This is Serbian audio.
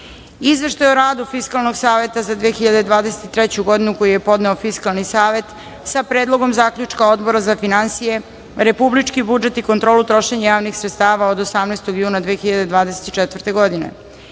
Izveštaj o radu Fiskalnog saveta za 2023. godinu, koji je podneo Fiskalni savet, sa Predlogom zaključka Odbora za finansije, republički budžet i kontrolu trošenja javnih sredstava od 18. juna 2024. godine;40.